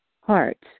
hearts